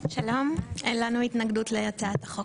אין לנו התנגדות להצעת החוק.